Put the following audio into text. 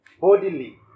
bodily